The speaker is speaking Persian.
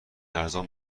ارزان